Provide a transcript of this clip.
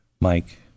Mike